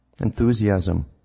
Enthusiasm